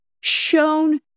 shown